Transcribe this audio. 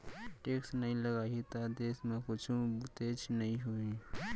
tax नइ लगाही त देस म कुछु बुतेच नइ होही